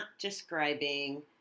describing